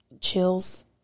chills